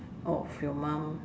of your mom